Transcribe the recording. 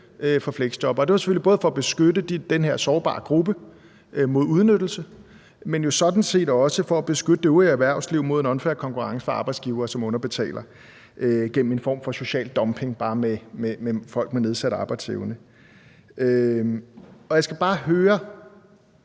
for fleksjobbere, og det var selvfølgelig både for at beskytte den her sårbare gruppe mod udnyttelse, men sådan set også for at beskytte det øvrige erhvervsliv mod en unfair konkurrence fra arbejdsgivere, som underbetaler gennem en form for social dumping bare med folk med nedsat arbejdsevne. Jeg skal bare høre